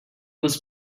was